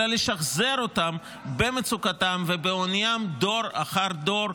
אלא לשחזר אותם במצוקתם ובעוניים דור אחר דור,